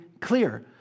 clear